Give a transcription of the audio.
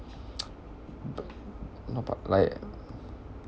not par~ like